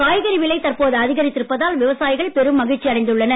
காய்கறி விலை தற்போது அதிகரித்திருப்பதால் விவசாயிகள் பெரும் மகிழ்ச்சி அடைந்துள்ளனர்